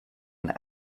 and